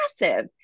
massive